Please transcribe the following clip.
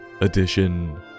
Edition